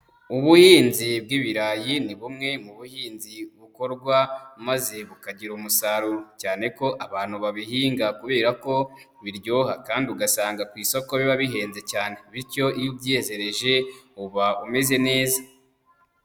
Ubuhinzi bw'ibirayi, ni bumwe mu buhinzi bukorw, maze bukagira umusaruro, cyane ko abantu babihinga kubera ko biryoha kandi ugasanga ku isoko biba bihenze cyane, bityo iyo ubyiyezereje uba umeze neza.